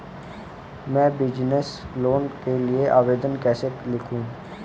मैं business loan के लिए आवेदन कैसे लिखूँ?